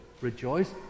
rejoice